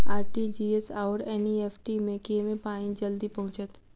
RTGS आओर NEFT मे केँ मे पानि जल्दी पहुँचत